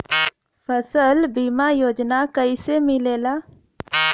फसल बीमा योजना कैसे मिलेला?